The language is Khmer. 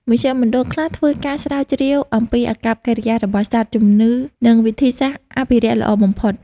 មជ្ឈមណ្ឌលខ្លះធ្វើការស្រាវជ្រាវអំពីអាកប្បកិរិយារបស់សត្វ ជំងឺ និងវិធីសាស្រ្តអភិរក្សល្អបំផុត។